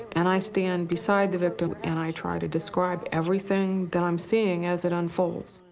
and i stand beside the victim. and i try to describe everything that i'm seeing as it unfolds.